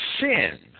sin